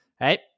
right